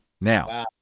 Now